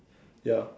ya